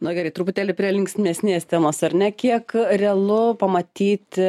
nu gerai truputėlį prie linksmesnės temos ar ne kiek realu pamatyti